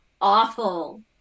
awful